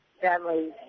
families